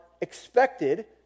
expected